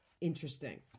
interesting